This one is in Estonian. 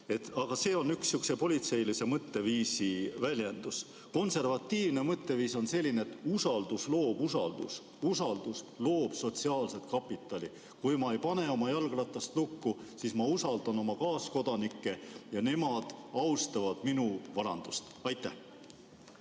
Aga see on üks sihukese politseilise mõtteviisi väljendusi. Konservatiivne mõtteviis on selline, et usaldus loob usaldust, usaldus loob sotsiaalset kapitali. Kui ma ei pane oma jalgratast lukku, siis ma usaldan oma kaaskodanikke, ja nemad austavad minu varandust. Aitäh!